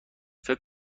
فکر